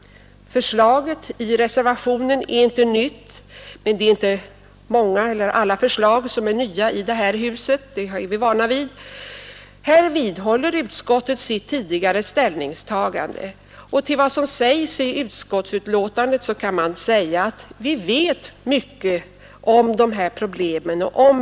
Förslaget i reservationen är inte nytt. Men det är ju inte många förslag i detta hus som är nya. Det är vi vana vid. Utskottet vidhåller här sitt tidigare ställningstagande. Till vad som sägs i utskottsbetänkandet kan anföras att vi vet tillräckligt om problemen.